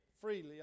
freely